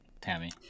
tammy